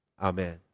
amen